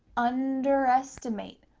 underestimate,